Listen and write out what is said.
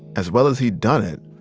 as well as he'd done it,